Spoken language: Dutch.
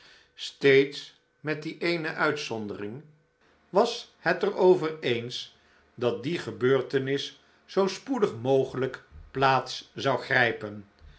steeds met die eene uitzondering was het er over eens dat die gebeurtenis zoo spoedig mogelijk plaats zou grijpen